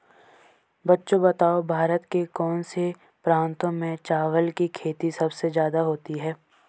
बच्चों बताओ भारत के कौन से प्रांतों में चावल की खेती सबसे ज्यादा होती है?